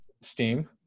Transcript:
Steam